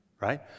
right